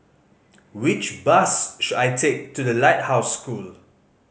which bus should I take to The Lighthouse School